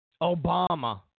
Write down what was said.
Obama